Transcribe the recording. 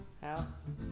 House